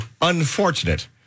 unfortunate